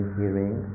hearing